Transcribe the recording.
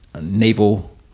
naval